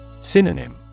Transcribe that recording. Synonym